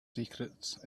secrets